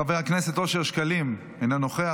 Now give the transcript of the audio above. חבר הכנסת אושר שקלים אינו נוכח,